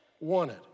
wanted